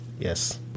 Yes